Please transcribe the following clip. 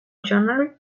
january